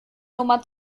nummer